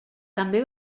també